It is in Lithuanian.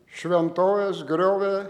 šventoves griovė